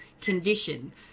condition